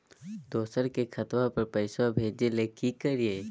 दोसर के खतवा पर पैसवा भेजे ले कि करिए?